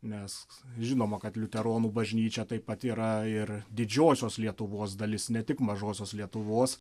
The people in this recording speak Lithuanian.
nes žinoma kad liuteronų bažnyčia taip pat yra ir didžiosios lietuvos dalis ne tik mažosios lietuvos